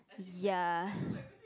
ya